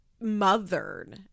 mothered